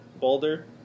Boulder